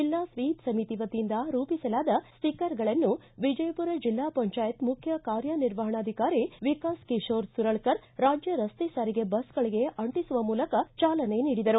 ಜಿಲ್ಲಾ ಸ್ವೀಪ್ ಸಮಿತಿ ವತಿಯಿಂದ ರೂಪಿಸಲಾದ ಸ್ಟೀಕರ್ಗಳನ್ನು ವಿಜಯಪುರ ಜಿಲ್ಲಾ ಪಂಚಾಯತ್ ಮುಖ್ಯ ಕಾರ್ಯನಿರ್ವಹಣಾಧಿಕಾರಿ ವಿಕಾಸ ಕಿಶೋರ ಸುರಳಕರ ರಾಜ್ಣ ರಸ್ತೆ ಸಾರಿಗೆ ಬಸ್ಗಳಿಗೆ ಅಂಟಿಸುವ ಮೂಲಕ ಚಾಲನೆ ನೀಡಿದರು